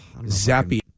zappy